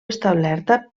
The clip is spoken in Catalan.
establerta